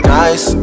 nice